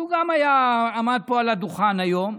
הוא גם עמד פה על הדוכן היום,